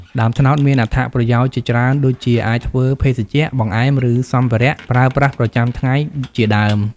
ដើមត្នោតមានអត្តប្រយោជន៍ជាច្រើនដូចជា អាចធ្វើភេសជ្ជៈ បង្អែម ឬ សម្ភារៈប្រើប្រាស់ប្រចាំថ្ងៃជាដើម។